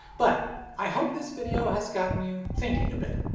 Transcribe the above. but i hope this video has gotten you thinking a bit.